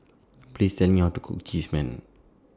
Please Tell Me How to Cook Cheese Naan